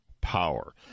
power